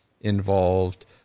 involved